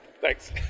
thanks